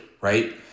right